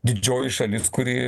didžioji šalis kuri